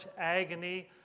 agony